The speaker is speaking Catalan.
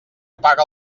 apaga